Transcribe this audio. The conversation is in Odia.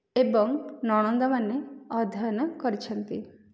ଏବଂ ନଣନ୍ଦମାନେ ଅଧ୍ୟୟନ କରିଛନ୍ତି